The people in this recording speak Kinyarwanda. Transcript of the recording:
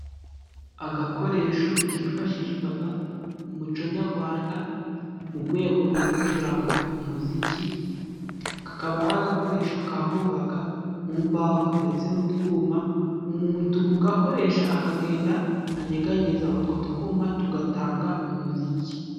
Agakoresho kifashishwaga mu muco nyagwanda mu gwego go gucuranga umuziki ,kakaba ari agakoresho kakogwaga mu mbaho ndetse n'utwuma umuntu ugakoresha akagenda anyeganyeza utwo twuma tugatanga umuziki.